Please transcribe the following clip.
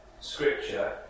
scripture